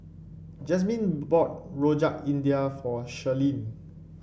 Jasmin bought Rojak India for Shirlene